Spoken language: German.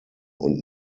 und